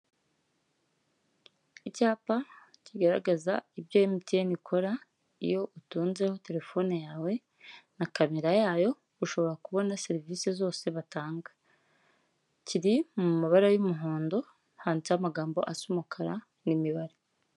Icyapa kigaragaza ibyo MTN ikora iyo utunzeho telefone yawe na kamera yayo ushobora kubona serivisi zose batanga, kiri mu mabara y'umuhondo handitseho amagambo asa umukara, n'imibare.